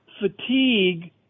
fatigue